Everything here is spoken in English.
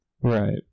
Right